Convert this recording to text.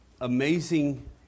amazing